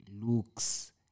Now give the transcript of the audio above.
looks